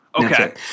Okay